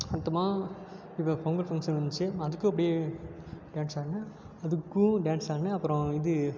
அடுத்தமா இப்போ பொங்கல் ஃபங்க்ஷன் வந்துச்சு அதுக்கும் அப்படியே டான்ஸ் ஆடினேன் அதுக்கும் டான்ஸ் ஆடினேன் அப்புறம் இது